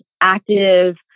active